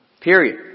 period